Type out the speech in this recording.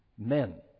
Men